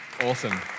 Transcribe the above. Awesome